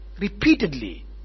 repeatedly